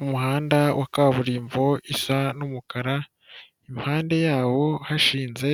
Umuhanda wa kaburimbo isa n'umukara, impande yawo hashinze